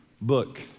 book